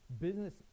business